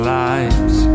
lives